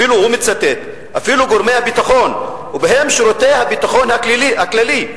אפילו הוא מצטט אפילו גורמי הביטחון ובהם שירות הביטחון הכללי,